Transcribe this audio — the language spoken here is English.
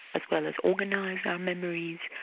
as well as organise our memories,